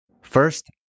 First